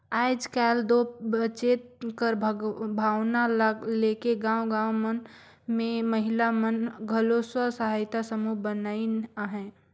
आएज काएल दो बचेत कर भावना ल लेके गाँव गाँव मन में महिला मन घलो स्व सहायता समूह बनाइन अहें